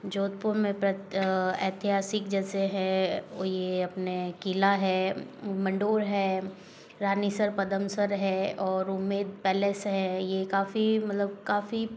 जोधपुर में ऐतिहासिक जैसे है ये अपने किला है मंडोर है रानीसर पदमसर है और उम्मैद पैलेस है यह काफ़ी मतलब काफ़ी